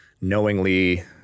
knowingly